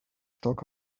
talk